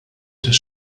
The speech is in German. des